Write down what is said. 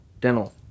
dental